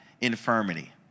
infirmity